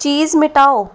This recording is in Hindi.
चीज़ मिटाओ